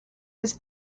his